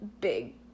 big